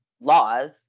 laws